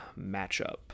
matchup